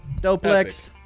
Doplex